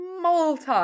multi